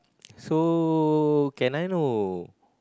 so can I know